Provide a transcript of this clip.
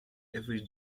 every